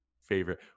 favorite